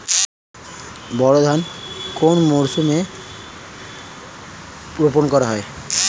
বোরো ধান কোন মরশুমে রোপণ করা হয়?